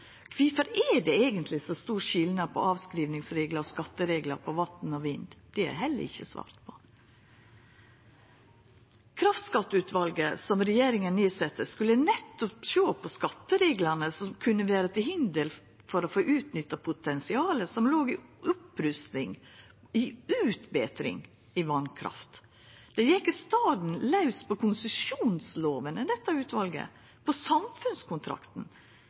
Kvifor er det eigentleg så stor skilnad på avskrivingsreglar og skattereglar på vatn og vind? Det er heller ikkje svart på. Kraftskatteutvalet som regjeringa nedsette, skulle nettopp sjå på skattereglane som kunne vera til hinder for å få utnytta potensialet som låg i opprusting og utbetring av vasskraft. Dei gjekk i staden laus på konsesjonslova i dette utvalet, på samfunnskontrakten,